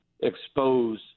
expose